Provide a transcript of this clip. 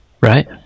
Right